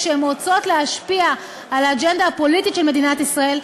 כשהן רוצות להשפיע על האג'נדה הפוליטית של מדינת ישראל,